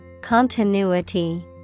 Continuity